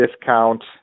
discount